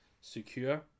secure